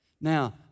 Now